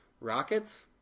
Rockets